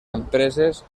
empreses